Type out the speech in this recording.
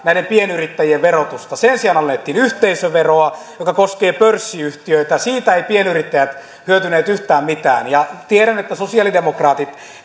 näiden pienyrittäjien verotusta sen sijaan alennettiin yhteisöveroa joka koskee pörssiyhtiöitä siitä eivät pienyrittäjät hyötyneet yhtään mitään tiedän että sosialidemokraatit